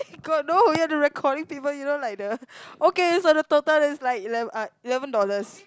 god no you had the recording people you know like the okay so the total is like ele~ uh eleven dollars